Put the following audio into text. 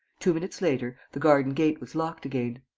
two minutes later, the garden-gate was locked again.